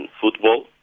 football